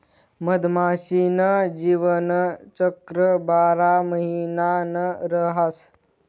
मधमाशी न जीवनचक्र बारा महिना न रहास